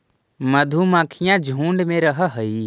मधुमक्खियां झुंड में रहअ हई